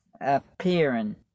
appearing